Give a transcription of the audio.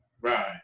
Right